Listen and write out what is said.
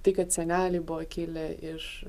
tai kad seneliai buvo kilę iš